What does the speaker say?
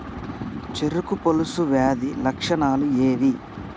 చెరుకు పొలుసు వ్యాధి లక్షణాలు ఏవి?